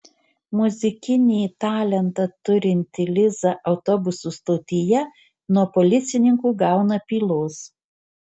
muzikinį talentą turinti liza autobusų stotyje nuo policininkų gauna pylos